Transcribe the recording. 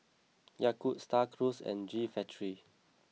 Yakult Star Cruise and G Factory